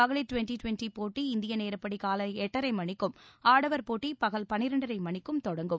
மகளிர் twenty twenty போட்டி இந்திய நேரப்படி காலை எட்டரை மணிக்கும் ஆடவர் போட்டி பகல் பன்னிரண்டரை மணிக்கும் தொடங்கும்